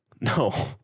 No